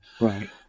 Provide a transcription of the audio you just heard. Right